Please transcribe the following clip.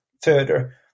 further